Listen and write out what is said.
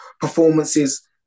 performances